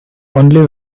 only